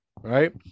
right